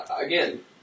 Again